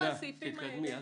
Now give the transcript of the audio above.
תתקדמי.